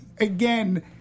again